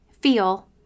feel